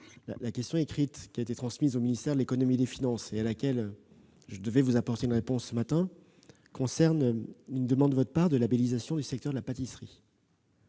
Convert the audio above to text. la question qui a été transmise au ministère de l'économie et des finances et à laquelle je devais vous apporter une réponse ce matin concernait la labellisation du secteur de la pâtisserie,